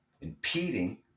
impeding